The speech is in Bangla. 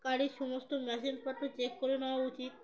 গাড়ির সমস্ত মেশিন পত্র চেক করে নেওয়া উচিত